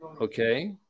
okay